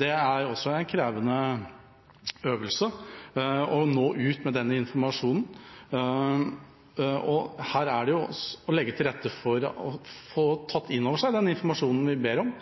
det er også en krevende øvelse å nå ut med denne informasjonen. Her gjelder det å legge til rette for at en kan få tatt inn over seg den informasjonen vi ber om,